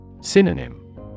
Synonym